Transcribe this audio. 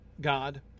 God